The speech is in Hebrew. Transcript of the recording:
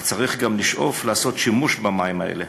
אך צריך גם לשאוף לעשות שימוש במים האלה,